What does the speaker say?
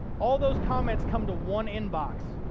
all those comments come to one inbox.